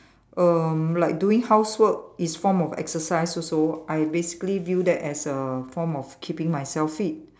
err like doing housework is form of exercise also I basically view that as a form of keeping myself fit